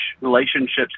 relationships